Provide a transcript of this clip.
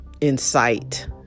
incite